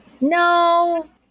No